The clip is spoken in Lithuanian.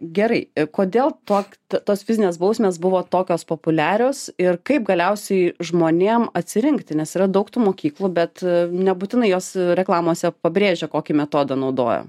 gerai kodėl tok tos fizinės bausmės buvo tokios populiarios ir kaip galiausiai žmonėm atsirinkti nes yra daug tų mokyklų bet nebūtinai jos reklamose pabrėžia kokį metodą naudoja